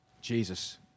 Jesus